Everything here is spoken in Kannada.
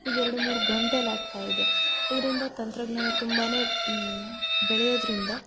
ಈಗ ಎರ್ಡು ಮೂರು ಗಂಟೆಲ್ಲಿ ಆಗ್ತಾಯಿದೆ ಇದರಿಂದ ತಂತ್ರಜ್ಞಾನ ತುಂಬನೇ ಬೆಳೆಯೋದರಿಂದ